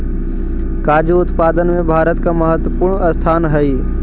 काजू उत्पादन में भारत का महत्वपूर्ण स्थान हई